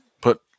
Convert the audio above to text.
put